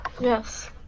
Yes